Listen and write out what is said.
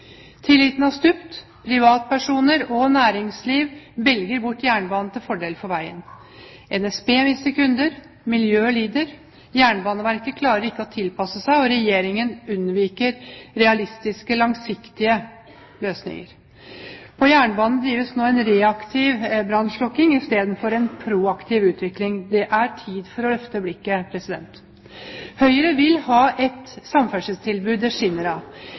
Tilliten har stupt. Privatpersoner og næringsliv velger bort jernbanen til fordel for veien. NSB mister kunder. Miljøet lider. Jernbaneverket klarer ikke å tilpasse seg, og Regjeringen unnviker realistiske langsiktige løsninger. På jernbanen drives det nå en reaktiv brannslukking i stedet for en proaktiv utvikling. Det er tid for å løfte blikket. Høyre vil ha et